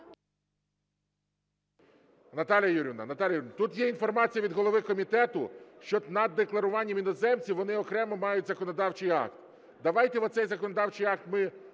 Наталія Юріївна, тут є інформація від голови комітету, що над декларуванням іноземців, вони окремо мають законодавчий акт. Давайте оцей законодавчий акт ми